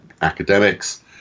academics